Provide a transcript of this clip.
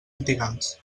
litigants